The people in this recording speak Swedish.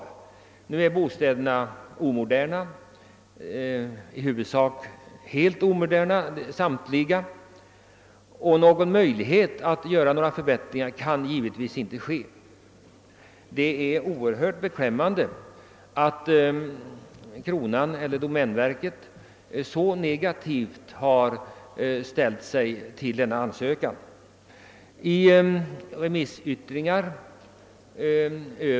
Nu är bostäderna ofta helt omoderna och att lägga ned stora kostnader för reparationer utan att veta om byggnaden får stå kvar är ju otänkbart. Det är beklämmande att kronan ställt sig så negativ till dessa ansökningar.